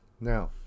now